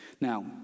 Now